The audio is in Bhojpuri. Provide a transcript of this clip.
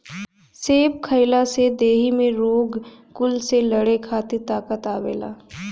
सेब खइला से देहि में रोग कुल से लड़े खातिर ताकत आवेला